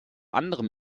anderem